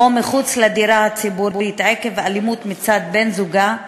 או מחוץ לדירה הציבורית עקב האלימות מצד בן-זוגה,